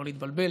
לא להתבלבל,